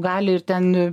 gali ir ten